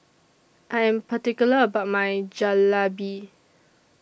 I Am particular about My Jalebi